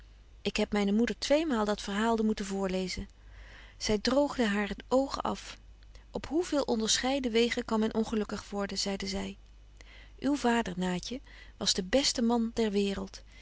ik heb myne moeder tweemaal dat verhaalde moeten voorlezen zy droogde hare oogen af op hoe veel onderscheiden wegen kan men ongelukkig worden zeide zy uw vader naatje was de beste man der waereld